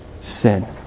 sin